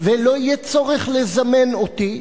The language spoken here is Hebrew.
ולא יהיה צורך לזמן אותי,